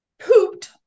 pooped